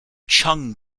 chung